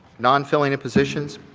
non-filling the positions,